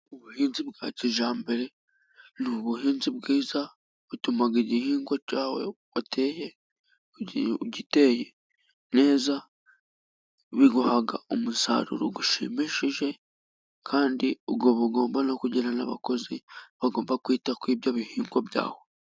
Ubuhinzi bwa kijyambere ni ubuhinzi bwiza butuma igihingwa cyawe wateye giteye neza biguha umusaruro ushimishije kandi ukaba ugomba no kugira n'abakozi bagomba kwita kuri ibyo bihingwa byawe.